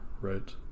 right